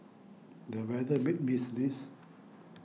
the weather made me sneeze